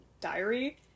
diary